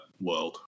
world